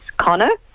Connor